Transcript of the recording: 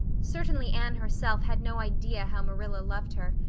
certainly anne herself had no idea how marilla loved her.